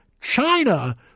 China